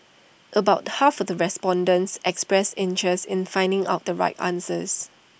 about half of the respondents expressed interest in finding out the right answers